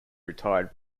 retired